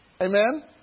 Amen